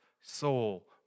soul